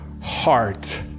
heart